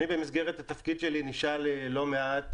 אני במסגרת התפקיד שלי נשאל לא מעט,